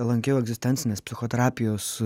lankiau egzistencinės psichoterapijos